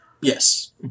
yes